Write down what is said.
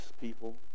people